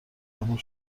قبول